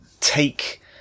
take